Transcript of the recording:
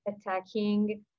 attacking